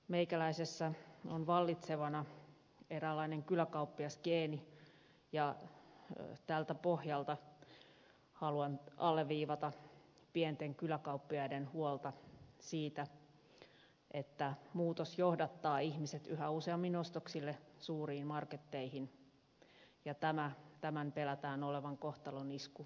meikäläisessä on vallitsevana eräänlainen kyläkauppiasgeeni ja tältä pohjalta haluan alleviivata pienten kyläkauppiaiden huolta siitä että muutos johdattaa ihmiset yhä useammin ostoksille suuriin marketteihin ja tämän pelätään olevan kohtalonisku pikkukaupoille